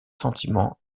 sentiments